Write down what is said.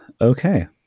Okay